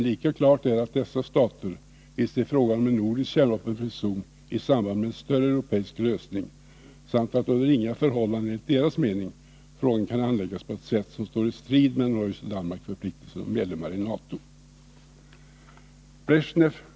Lika klart är att de vill se frågan om en nordisk kärnvapenfri zon i samband med en större europeisk lösning samt att under inga förhållanden enligt deras mening frågan kan handläggas på ett sätt som står i strid med Norges och Danmarks förpliktelser som medlemmar i NATO.